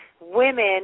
Women